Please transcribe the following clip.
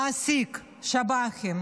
מעסיק שב"חים